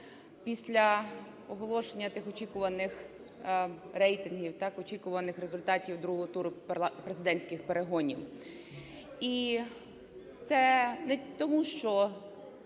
після оголошення тих очікуваних рейтингів так очікуваних результатів другого туру президентських перегонів. І це не тому, що